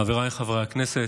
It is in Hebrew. חבריי חברי הכנסת,